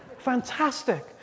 fantastic